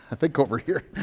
i think over here.